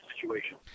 situation